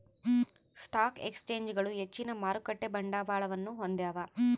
stock ಎಕ್ಸ್ಚೇಂಜ್ಗಳು ಹೆಚ್ಚಿನ ಮಾರುಕಟ್ಟೆ ಬಂಡವಾಳವನ್ನು ಹೊಂದ್ಯಾವ